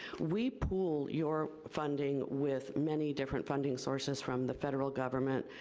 we pool your funding with many different funding sources from the federal government,